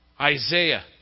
Isaiah